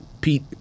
Pete